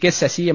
K Sasi M